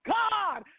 god